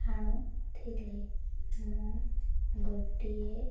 ହାଣୁଥିଲେ ମୁଁ ଗୋଟିଏ